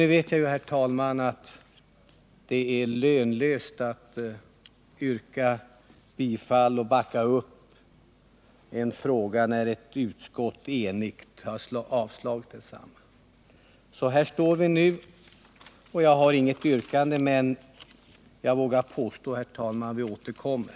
Nu vet jag ju, herr talman, att det är lönlöst att tala för en sak eller yrka bifall när ett enigt utskott har avstyrkt. Härstår vi nu. Jag har inget yrkande, men jag vågar påstå, att vi återkommer.